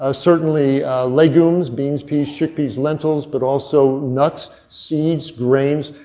ah certainly legumes beans, peas, chickpeas, lentils, but also nuts, seeds, grains,